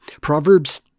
Proverbs